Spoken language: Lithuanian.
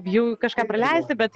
bijau kažką praleisti bet